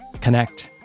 connect